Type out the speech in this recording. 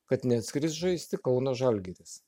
kad neatskris žaisti kauno žalgiris